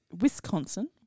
Wisconsin